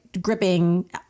gripping